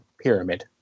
pyramid